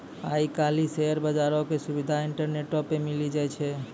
आइ काल्हि शेयर बजारो के सुविधा इंटरनेटो पे मिली जाय छै